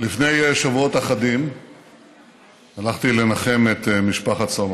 לפני שבועות אחדים הלכתי לנחם את משפחת סלומון,